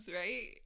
right